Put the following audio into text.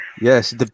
Yes